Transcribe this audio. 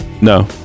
No